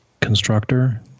constructor